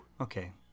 okay